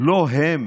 הן